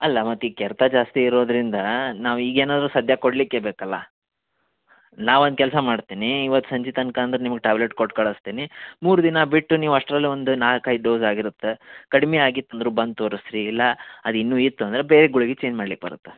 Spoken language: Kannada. ಅಲ್ಲ ಮತ್ತು ಈ ಕೆರೆತ ಜಾಸ್ತಿ ಇರೋದರಿಂದ ನಾವು ಈಗೇನಾದರೂ ಸದ್ಯಕ್ಕೆ ಕೊಡಲಿಕ್ಕೇ ಬೇಕಲ್ಲ ನಾ ಒಂದು ಕೆಲಸ ಮಾಡ್ತೀನಿ ಇವತ್ತು ಸಂಜೆ ತನಕ ಅಂದ್ರೆ ನಿಮ್ಗೆ ಟ್ಯಾಬ್ಲೆಟ್ ಕೊಟ್ಟು ಕಳಿಸ್ತೀನಿ ಮೂರು ದಿನ ಬಿಟ್ಟು ನೀವು ಅಷ್ಟರಲ್ಲಿ ಒಂದು ನಾಲ್ಕು ಐದು ಡೋಸ್ ಆಗಿರುತ್ತೆ ಕಡಿಮೆ ಆಗಿತ್ತಂದರೆ ಬಂದು ತೋರಿಸ್ ರೀ ಇಲ್ಲ ಅದು ಇನ್ನೂ ಇತ್ತು ಅಂದ್ರೆ ಬೇಗ ಗುಳ್ಗೆ ಚೇಂಜ್ ಮಾಡ್ಲಿಕ್ಕೆ ಬರತ್ತೆ